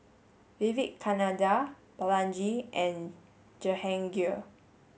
Vivekananda Balaji and Jehangirr